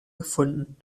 gefunden